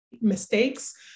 mistakes